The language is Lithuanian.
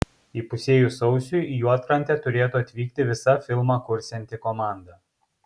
įpusėjus sausiui į juodkrantę turėtų atvykti visa filmą kursianti komanda